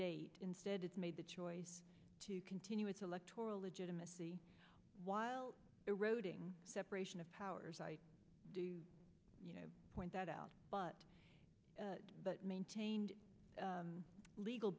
y instead it's made the choice to continue its electoral legitimacy while eroding separation of powers i do you know point that out but but maintained a legal